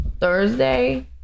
Thursday